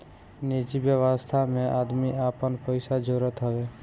निजि व्यवस्था में आदमी आपन पइसा जोड़त हवे